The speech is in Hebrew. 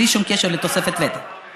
בלי שום קשר לתוספת ותק,